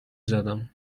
زدم